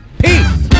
peace